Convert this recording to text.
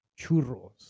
churros